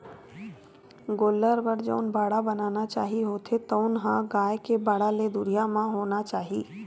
गोल्लर बर जउन बाड़ा बनाना चाही होथे तउन ह गाय के बाड़ा ले दुरिहा म होना चाही